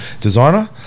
designer